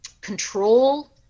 control